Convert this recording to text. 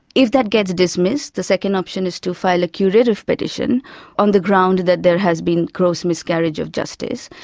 if that gets dismissed, the second option is to file a curative petition on the ground that there has been a gross miscarriage of justice.